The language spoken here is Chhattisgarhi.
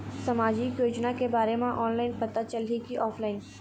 सामाजिक योजना के बारे मा ऑनलाइन पता चलही की ऑफलाइन?